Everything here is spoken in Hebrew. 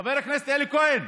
חבר הכנסת אלי כהן,